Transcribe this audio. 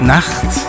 Nacht